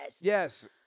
yes